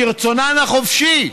מרצונן החופשי,